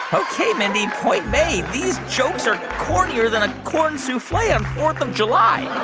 ok, mindy. point made. these jokes are cornier than a corn souffle on fourth of july